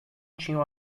tinham